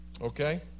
Okay